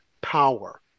power